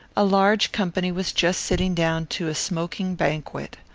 a large company was just sitting down to a smoking banquet.